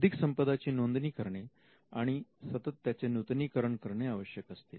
बौद्धिक संपदा ची नोंदणी करणे आणि सतत त्याचे नूतनीकरण करणे आवश्यक असते